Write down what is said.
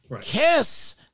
Kiss